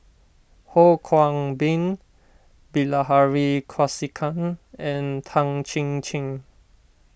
Ho Kwon Ping Bilahari Kausikan and Tan Chin Chin